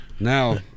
Now